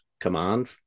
command